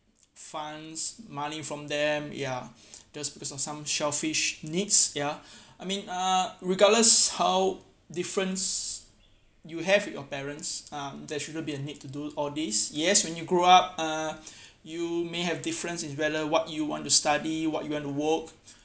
funds money from them ya that's because of some selfish needs ya I mean uh regardless how difference you have with your parents um there shouldn't be a need to do all these yes when you grow up uh you may have difference in whether what you want to study what you want to work